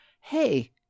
hey